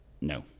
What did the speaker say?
No